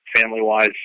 family-wise